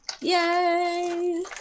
Yay